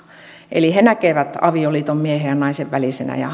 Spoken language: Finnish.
eli he näkevät avioliiton miehen ja naisen välisenä ja